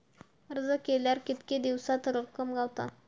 अर्ज केल्यार कीतके दिवसात रक्कम गावता?